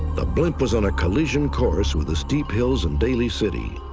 the blimp was on a collision course with the steep hills in daly city.